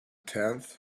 tenth